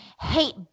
hate